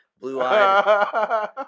blue-eyed